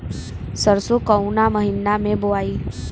सरसो काउना महीना मे बोआई?